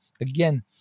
again